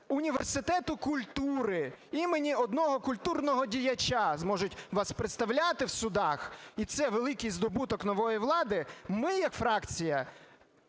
університету культури імені одного культурного діяча зможуть вас представляти в судах, і це великий здобуток нової влади, ми як фракція